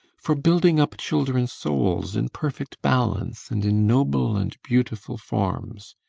for building up children's souls in perfect balance, and in noble and beautiful forms.